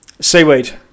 Seaweed